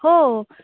हो